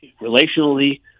relationally